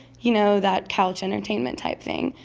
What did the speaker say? you know, that couch entertainment type thing.